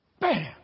Bam